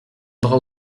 bras